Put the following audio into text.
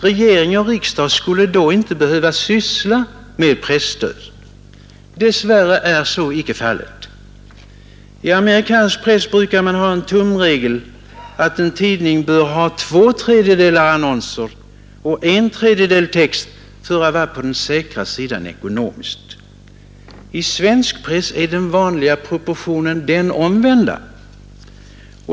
Regering och riksdag skulle då inte behöva syssla med presstöd. Dess värre är så inte fallet. I amerikansk press brukar man ha tumregeln att en tidning bör ha två tredjedelar annonser och en tredjedel text för att vara på den säkra sidan ekonomiskt. I svensk press är den vanliga proportionen den omvända.